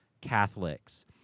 Catholics